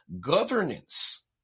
governance